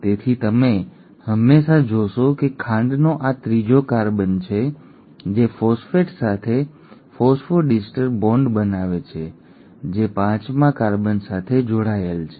તેથી તમે હંમેશાં જોશો કે ખાંડનો આ ત્રીજો કાર્બન છે જે ફોસ્ફેટ સાથે ફોસ્ફોડિસ્ટર બોન્ડ બનાવે છે જે પાંચમા કાર્બન સાથે જોડાયેલ છે